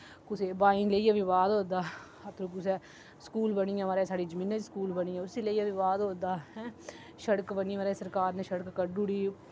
कुसै गी बाईं गी लेइयै विवाद होआ दा ते कुसै स्कूल बनी गेआ मा'राज साढ़ी जमीनां च स्कूल बनी गेआ उसी लेइयै विवाद होआ दा ऐं शिड़क बनी मा'राज सरकार ने शिड़क कड्ढी ओड़ी